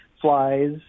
flies